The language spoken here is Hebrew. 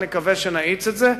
ואני מקווה שנאיץ את זה.